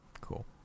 cool